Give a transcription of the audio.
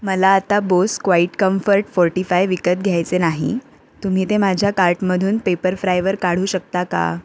मला आता Bose QuietComfort forty five विकत घ्यायचे नाही तुम्ही ते माझ्या कार्टमधून पेपरफ्रायवर काढू शकता का